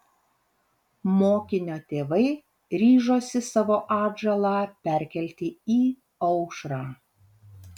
mokinio tėvai ryžosi savo atžalą perkelti į aušrą